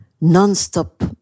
non-stop